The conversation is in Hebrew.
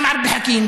גם עבד אל חכים,